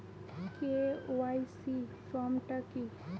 KYC form টা কি?